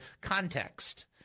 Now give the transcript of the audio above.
context